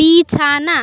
বিছানা